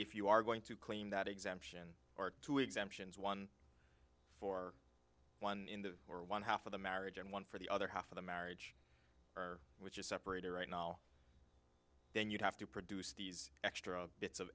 if you are going to claim that exemption or two exemptions one for one in the or one half of the marriage and one for the other half of the marriage which is separated right now then you'd have to produce these extra bits of